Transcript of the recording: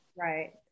right